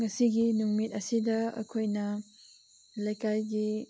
ꯉꯁꯤꯒꯤ ꯅꯨꯃꯤꯠ ꯑꯁꯤꯗ ꯑꯩꯈꯣꯏꯅ ꯂꯩꯀꯥꯏꯒꯤ